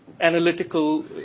analytical